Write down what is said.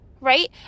right